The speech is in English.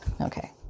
Okay